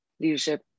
leadership